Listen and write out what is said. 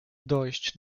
dojść